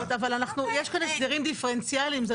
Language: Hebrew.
גם בגני ילדים צריך להיות כך.